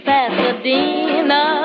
Pasadena